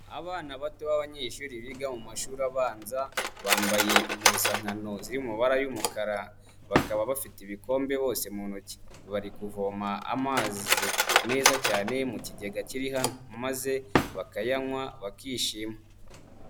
Abana bato b'abanyeshuri biga mu mashuri abanza, bambaye impuzankano ziri mu mabara y'umukara, bakaba bafite ibikombe bose mu ntoki. Bari kuvoma amazi meza cyane mu kigega kiri hano, maze bakayanywa bakishima.